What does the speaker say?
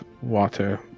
water